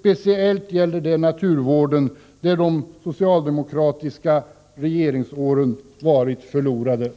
Speciellt gäller detta naturvården, där de socialdemokratiska regeringsåren har varit förlorade år.